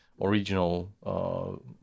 original